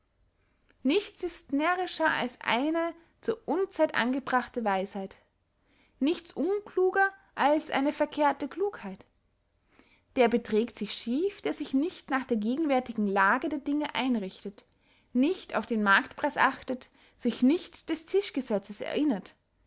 nichts ist närrischer als eine zur unzeit angebrachte weisheit nichts unkluger als eine verkehrte klugheit der beträgt sich schief der sich nicht nach der gegenwärtigen lage der dinge einrichtet nicht auf den marktpreis achtet sich nicht des tischgesetzes erinnert